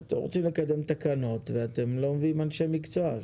אתם רוצים לקדם תקנות ואתם לא מביאים אנשי מקצוע.